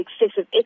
excessive